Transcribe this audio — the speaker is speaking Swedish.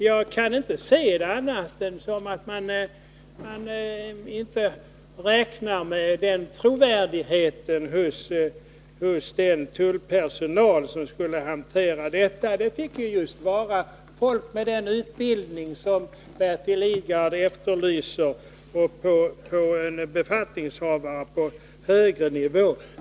Jag kan inte se det på annat sätt än att man inte har tilltro till den tullpersonal som skulle hantera detta. Det skulle vara folk med just den utbildning som Bertil Lidgard efterlyser för befattningshavare på högre nivå.